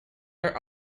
are